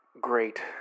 Great